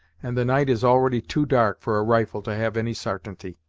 and the night is already too dark for a rifle to have any sartainty.